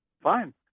fine